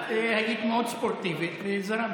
את היית מאוד ספורטיבית וזרמת.